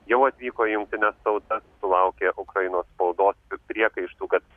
jau atvyko į jungtines tautas sulaukė ukrainos spaudos priekaištų kad